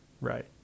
Right